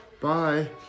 Bye